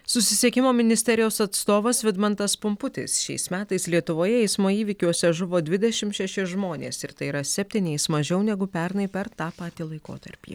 susisiekimo ministerijos atstovas vidmantas pumputis šiais metais lietuvoje eismo įvykiuose žuvo dvidešimt šeši žmonės ir tai yra septyniais mažiau negu pernai per tą patį laikotarpį